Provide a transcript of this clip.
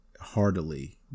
heartily